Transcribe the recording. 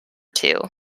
two